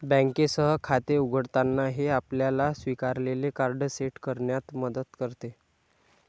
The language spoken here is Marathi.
बँकेसह खाते उघडताना, हे आपल्याला स्वीकारलेले कार्ड सेट करण्यात मदत करते